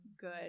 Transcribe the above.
good